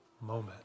moment